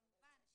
כמובן,